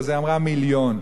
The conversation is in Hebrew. אז היא אמרה: מיליון.